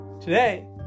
today